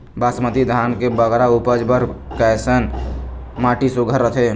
बासमती धान के बगरा उपज बर कैसन माटी सुघ्घर रथे?